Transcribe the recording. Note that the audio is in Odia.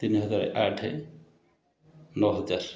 ତିନି ହଜାର ଆଠେ ନଅ ହଜାର